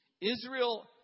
Israel